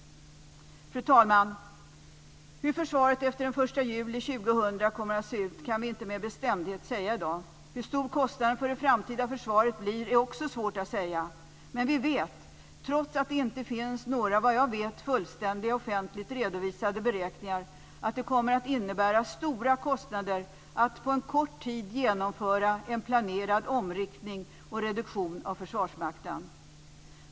Fru talman! Hur försvaret efter den 1 juli år 2000 kommer att se ut kan vi inte med bestämdhet säga i dag. Hur stor kostnaden för det framtida försvaret blir är också svårt att säga. Men vi vet, trots att det inte finns några, såvitt jag vet, fullständiga offentligt redovisade beräkningar, att det kommer att innebära stora kostnader att på en kort tid genomföra en planerad omriktning och reduktion av Försvarsmakten.